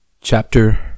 Chapter